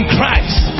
Christ